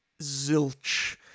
Zilch